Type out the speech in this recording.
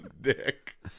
dick